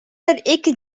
эки